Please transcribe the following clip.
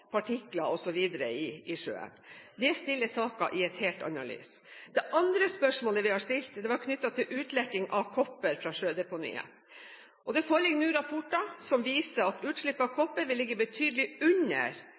partikler osv. i sjøen. Det stiller saken i et helt annet lys. Det andre spørsmålet vi har stilt, var knyttet til utlekking av kopper fra sjødeponiet. Det foreligger nå rapporter som viser at utslippet av kopper vil ligge betydelig under